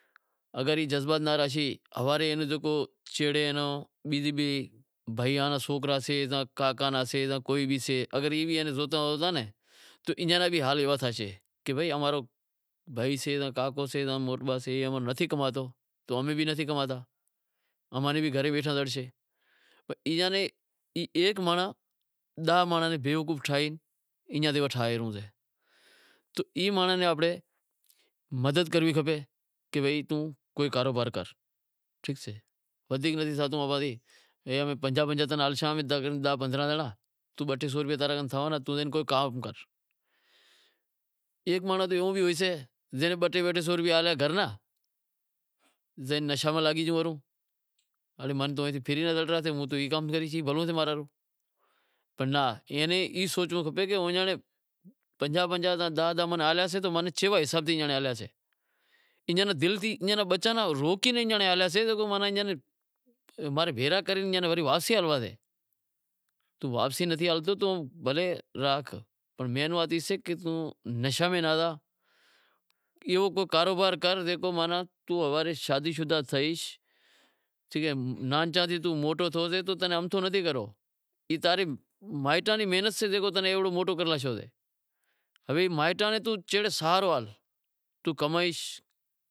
اگر ای جذبات ناں راکھی ہوارے بھائیاں را سوکرا، کاکاں را سوکرا بیزا زکو بھی سیں اگر ایئے ناں زوتا ہوسیں تو سیئسں را بھی حال ایوا تھائیسیں، کہ بھائی تمارو بھائی سے یا کاکو سے یا موٹو سے نتھی کماتو تو امیں بھی نتھی کماتا، امیں بھی گھرے بیٹھا زڑشیں، ایئاں ایک مانڑو داہ مانڑاں ناں بیوقوف ٹھائی ایئاں جیوو ٹھائی زاسے تو ای مانڑاں ناں آپاں نیں مدد کرنڑ کھپے کہ بھائی توں کوئی کاروبار کر ٹھیک سے سے، پنجاہ پنجاہ تمیں ڈیشاں پرہا، بے ٹے سو زنڑا داہ پندرانہں ہزار تھئی زاشیں توں زائی کوئی کام کر، ایک مانڑو او بھی ہوئیسے زو بہ ٹے سو روپیا ہاتھ لاگی گیا تو زائے نشاں ماں لاگی گیو پرہو، ایئے ناں ای سوچنڑ کھپے کہ پنجاہ پنجاہ ہزار داہ داہ زنڑا ہلیا سے تو ماناں کیوے حساب سیں ہالیا سے۔ مائیٹاں ری محنت سیں تنیں ایوو موٹو کرے لاشیو سے، ہوے مائیٹاں رو توں چڑ سہارو آو۔